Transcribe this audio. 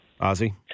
Ozzy